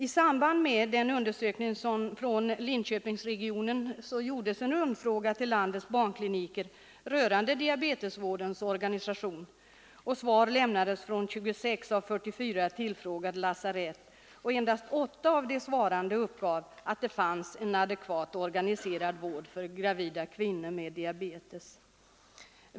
I samband med undersökningen i Linköpingsregionen gjordes en rundfråga till landets barnkliniker rörande diabetesvårdens organisation. Svar lämnades från 26 av 44 tillfrågade lasarett, och endast 8 av de svarande uppgav att det fanns en adekvat organiserad vård för gravida kvinnor med diabetes.